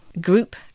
group